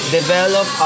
develop